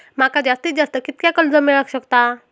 माका जास्तीत जास्त कितक्या कर्ज मेलाक शकता?